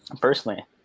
personally